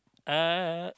uh